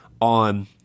on